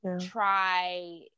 try